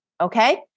okay